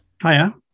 Hiya